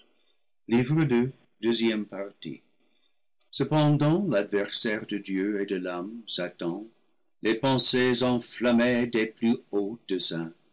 cependant l'adversaire de dieu et de l'homme satan les pensées enflammées des plus hauts